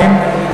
1982,